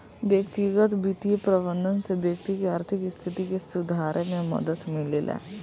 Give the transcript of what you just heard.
व्यक्तिगत बित्तीय प्रबंधन से व्यक्ति के आर्थिक स्थिति के सुधारे में मदद मिलेला